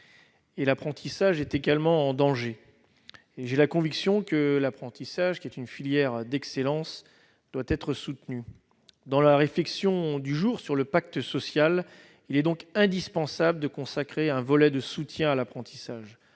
L'apprentissage est également en danger. J'ai la conviction que cette filière d'excellence doit être soutenue. Dans la réflexion sur le pacte social, il est indispensable de consacrer un volet de soutien à l'apprentissage,